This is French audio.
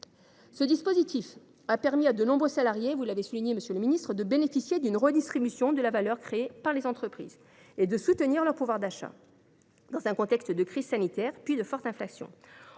Ce dispositif a permis à de nombreux salariés – vous l’avez mentionné, monsieur le ministre – de bénéficier d’une redistribution de la valeur créée par les entreprises. Il a ainsi amélioré leur pouvoir d’achat dans un contexte de crise sanitaire, puis de forte inflation.